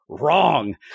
wrong